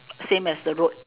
same as the road